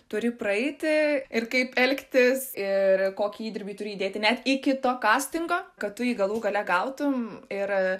turi praeiti ir kaip elgtis ir kokį įdirbį turi įdėti net iki to kastingo kad tu jį galų gale gautum ir